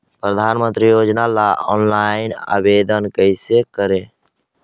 प्रधानमंत्री योजना ला ऑनलाइन आवेदन कैसे करे?